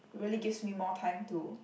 really gives me more time to